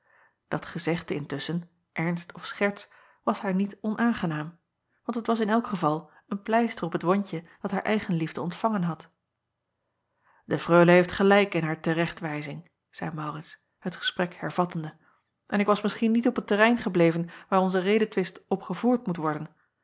dat gezegde intusschen ernst of scherts was haar niet onaangenaam want het was in elk geval een pleister op het wondje dat haar eigenliefde ontvangen had e reule heeft gelijk in haar te recht wijzing zeî aurits het gesprek hervattende en ik was misschien niet op het terrein gebleven waar onze redetwist op gevoerd moet worden